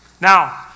now